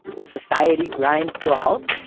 will society grind to a halt?